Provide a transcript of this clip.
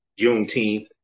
Juneteenth